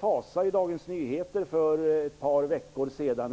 Jag såg för ett par veckor sedan